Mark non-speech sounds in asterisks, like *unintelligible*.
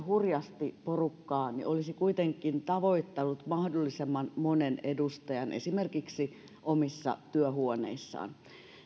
*unintelligible* hurjasti porukkaa olisi kuitenkin tavoittanut mahdollisimman monen edustajan esimerkiksi omissa työhuoneissaan